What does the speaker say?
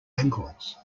ankles